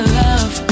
love